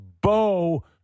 Bo